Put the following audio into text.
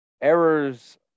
errors